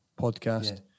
podcast